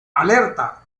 alerta